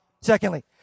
Secondly